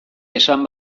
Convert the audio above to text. esan